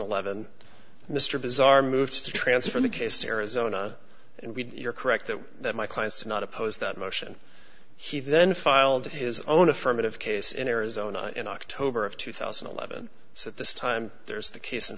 eleven mr bizarre move to transfer the case to arizona and we you're correct that that my clients did not oppose that motion he then filed his own affirmative case in arizona in october of two thousand and eleven so at this time there's the case in